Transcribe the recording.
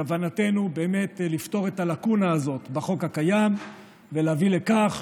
כוונתנו באמת לפתור את הלקונה הזאת בחוק הקיים ולהביא לכך